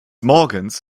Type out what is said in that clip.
morgens